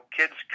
kids